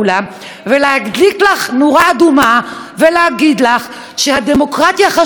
ולהדליק לך נורה אדומה ולהגיד לך שהדמוקרטיה חשובה לנו,